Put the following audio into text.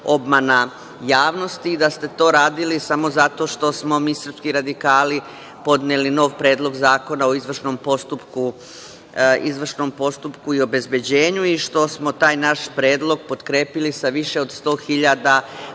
obmana javnosti i da ste to radili samo zato što smo mi srpski radikali podneli nov predlog zakona o izvršnom postupku i obezbeđenju i što smo taj naš predlog potkrepili sa više od 100.000